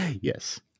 Yes